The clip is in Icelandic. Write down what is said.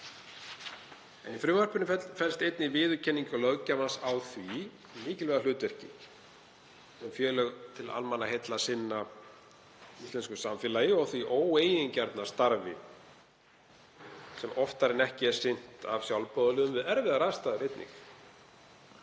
Í frumvarpinu felst einnig viðurkenning löggjafans á því mikilvæga hlutverki sem félög til almannaheilla sinna í íslensku samfélagi og því óeigingjarna starfi sem oftar en ekki er sinnt af sjálfboðaliðum við erfiðar aðstæður